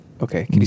Okay